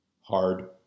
Hard